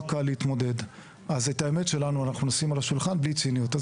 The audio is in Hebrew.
קל להתמודד אז את האמת שלנו אנחנו נשים על השולחן בלי ציניות,